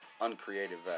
Uncreative